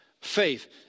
faith